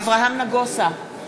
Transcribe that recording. נגוסה,